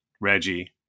Reggie